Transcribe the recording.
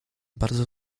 bardzo